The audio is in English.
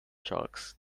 sharks